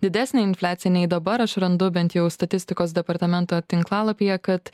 didesnė infliacija nei dabar aš randu bent jau statistikos departamento tinklalapyje kad